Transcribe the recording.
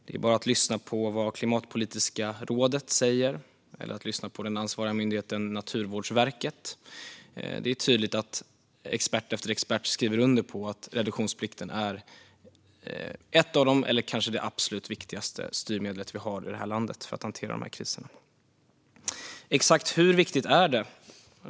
Det är bara att lyssna på vad Klimatpolitiska rådet säger eller att lyssna på den ansvariga myndigheten Naturvårdsverket. Det är tydligt att expert efter expert skriver under på att reduktionsplikten är det kanske absolut viktigaste styrmedlet vi har i det här landet för att hantera dessa kriser. Exakt hur viktigt är det?